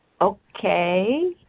Okay